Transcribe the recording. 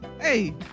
hey